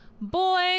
Boy